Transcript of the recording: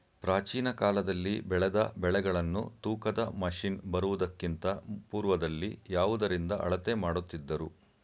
ಪ್ರಾಚೀನ ಕಾಲದಲ್ಲಿ ಬೆಳೆದ ಬೆಳೆಗಳನ್ನು ತೂಕದ ಮಷಿನ್ ಬರುವುದಕ್ಕಿಂತ ಪೂರ್ವದಲ್ಲಿ ಯಾವುದರಿಂದ ಅಳತೆ ಮಾಡುತ್ತಿದ್ದರು?